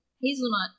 hazelnut